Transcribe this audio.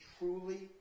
truly